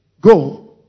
go